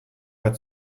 bei